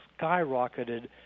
skyrocketed